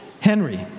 Henry